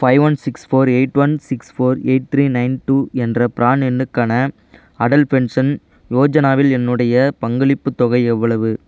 five one six four eight one six four eight three nine two என்ற PRAN எண்ணுக்கான Atal pension யோஜனாவில் என்னுடைய பங்களிப்புத் தொகை எவ்வளவு